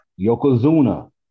Yokozuna